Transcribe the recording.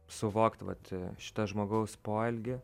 suvokt vat šitą žmogaus poelgį